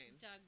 Doug